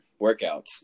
workouts